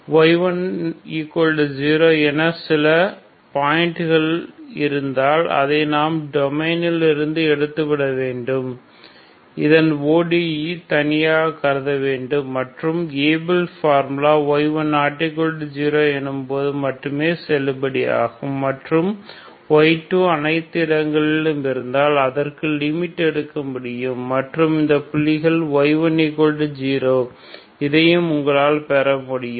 y10 என சில பயிண்டுகளுக்கு இருந்தால் அதை நாம் டொமைன் இல் இருந்து எடுத்து விட வேண்டும் மற்றும் இதன் ODE ஐ தனியாக கருதவேண்டும் மற்றும் ABLE S ஃபார்முலா y1≠0 என்னும்போது மட்டுமே செல்லுபடியாகும் மற்றும் y2 அனைத்து இடங்களிலும் இருந்தால் அதற்கு லிமிட் எடுக்க முடியும் மற்றும் இந்த புள்ளிகள் y10 இதையும் உங்களால் பெற முடியும்